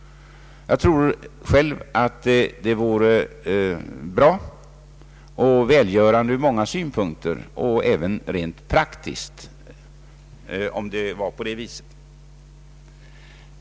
Jag tror själv att det vore bra och välgörande ur många synpunkter, även rent praktiskt, om det var på det viset.